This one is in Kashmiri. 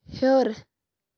ہیوٚر